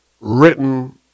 written